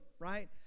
right